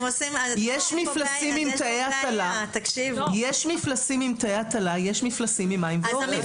יש מפלסים עם תאי הטלה, יש מפלסים עם מים ואוכל.